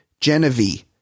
Genevieve